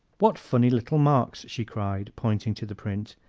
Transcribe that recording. what funny little marks! she cried, pointing to the print.